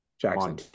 Jackson